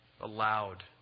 Allowed